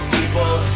People